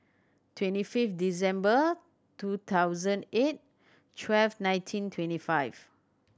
twenty fifth December two thousand eight twelve nineteen twenty five